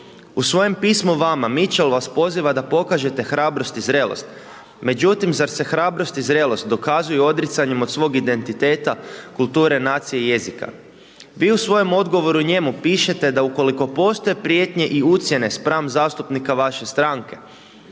U svojem pismu vama Mitchell vas poziva da pokažete hrabrost i zrelost. Međutim zar se hrabrost i zrelost dokazuju odricanjem od svog identiteta, kulture nacije i jezika. Vi u svojem odgovoru njemu pišete da ukoliko postoje prijetnje i ucjene spram zastupnika vaše stranke,